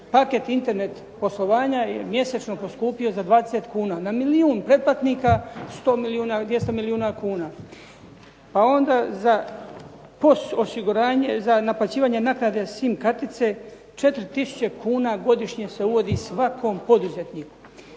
paket Internet poslovanja je mjesečno poskupio za 20 kn. Na milijun pretplatnika 100, 200 milijuna kuna. Pa onda za … osiguranje, za naplaćivanje naknade SIM kartice 4 tisuće kn godišnje se uvodi svakom poduzetniku.